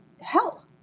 hell